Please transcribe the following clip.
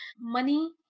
Money